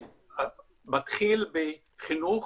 אני מתחיל בחינוך,